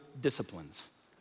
disciplines